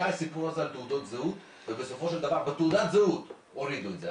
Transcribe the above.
היה הסיפור הזה על תעודות זהות ובסופו של דבר בתעודת זהות הורידו את זה,